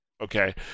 okay